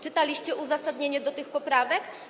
Czytaliście uzasadnienie tych poprawek?